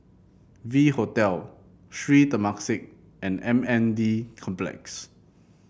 V Hotel Sri Temasek and M N D Complex